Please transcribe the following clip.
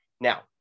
Now